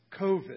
COVID